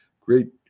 great